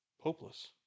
hopeless